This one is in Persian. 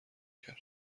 کرد